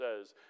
says